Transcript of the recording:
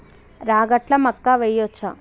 రాగట్ల మక్కా వెయ్యచ్చా?